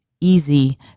easy